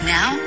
Now